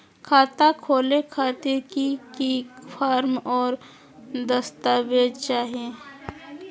खाता खोले खातिर की की फॉर्म और दस्तावेज चाही?